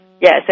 Yes